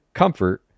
comfort